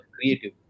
creative